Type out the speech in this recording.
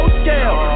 scale